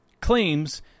claims